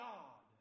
God